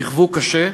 נכוו קשה.